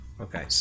Okay